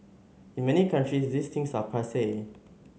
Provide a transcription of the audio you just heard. in many countries these things are passe